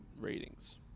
ratings